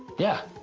yeah.